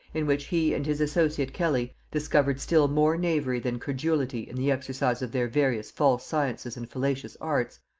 in which he and his associate kelly discovered still more knavery than credulity in the exercise of their various false sciences and fallacious arts,